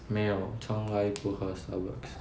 没有从来不喝 Starbucks